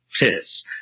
Yes